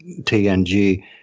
TNG